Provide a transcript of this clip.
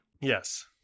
Yes